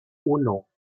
uno